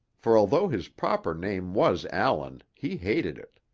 for although his proper name was allan, he hated it.